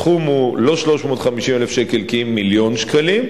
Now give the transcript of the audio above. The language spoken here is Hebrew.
הסכום הוא לא 350,000 ש"ח כי אם מיליון ש"ח.